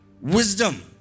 wisdom